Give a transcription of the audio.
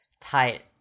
tight